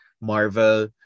Marvel